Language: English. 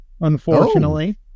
unfortunately